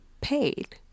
paid